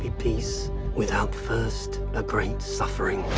peace without first a great suffering.